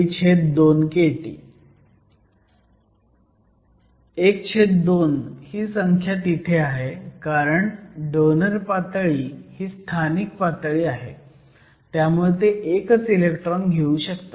½ ही संख्या तिथे आहे कारण डोनर पातळी ही स्थानिक पातळी आहे त्यामुळे ते एकच इलेक्ट्रॉन घेऊ शकतात